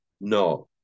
No